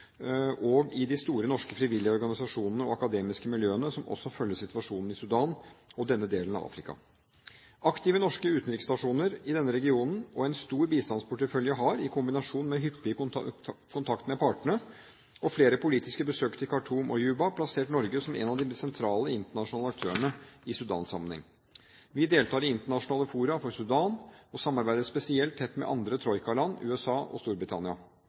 og i de store norske frivillige organisasjonene og akademiske miljøene, som også følger situasjonen i Sudan og denne delen av Afrika. Aktive norske utenriksstasjoner i denne regionen og en stor bistandsportefølje har, i kombinasjon med en hyppig kontakt med partene og flere politiske besøk til Khartoum og Juba, plassert Norge som en av de sentrale internasjonale aktørene i Sudan-sammenheng. Vi deltar i internasjonale fora for Sudan og samarbeider spesielt tett med de andre troikalandene USA og Storbritannia.